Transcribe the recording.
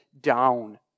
down